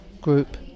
group